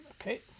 okay